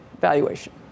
valuation